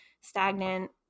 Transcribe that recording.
stagnant